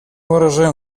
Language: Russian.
выражаем